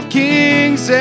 kings